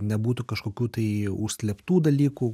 nebūtų kažkokių tai užslėptų dalykų